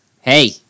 Hey